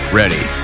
ready